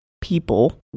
people